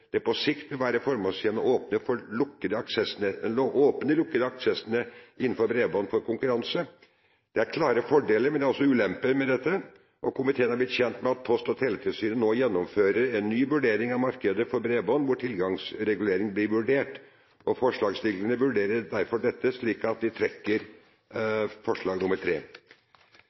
på sikt vil være formålstjenlig å åpne de lukkede aksessnettene innenfor bredbånd for konkurranse. Det er klare fordeler, men også ulemper, med dette, og komiteen er blitt kjent med at Post- og teletilsynet nå gjennomfører en ny vurdering av markedet for bredbånd, hvor tilgangsregulering blir vurdert. Forslagsstillerne vurderer derfor dette slik at de trekker forslag